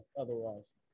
otherwise